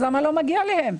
למה לא מגיע להן?